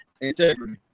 integrity